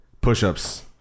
Push-ups